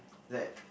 that